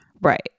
right